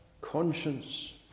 conscience